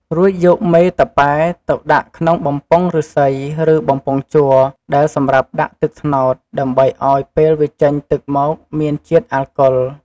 រួចយកមេតាប៉ែទៅដាក់ក្នុងបំពង់ឬស្សី ឬបំពង់ជ័រ ដែលសម្រាប់ដាក់ទឹកត្នោត ដើម្បីឱ្យពេលវាចេញទឹកមកមានជាតិអាកុល។